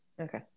Okay